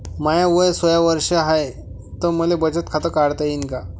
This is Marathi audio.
माय वय सोळा वर्ष हाय त मले बचत खात काढता येईन का?